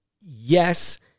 Yes